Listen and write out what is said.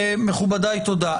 מכובדיי, תודה.